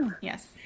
yes